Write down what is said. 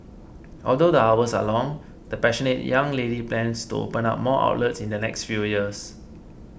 although the hours are long the passionate young lady plans to open up more outlets in the next few years